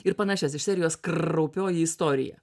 ir panašias iš serijos kraupioji istorija